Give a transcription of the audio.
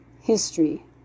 history